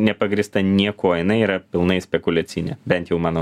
nepagrįsta niekuo jinai yra pilnai spekuliacinė bent jau mano